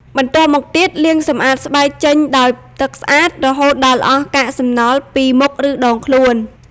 បន្ទាប់មកទៀត លាងសម្អាតស្បែកចេញដោយទឹកស្អាតរហូតដល់អស់កាកសំណល់ពីមុខ ឬដងខ្លួន។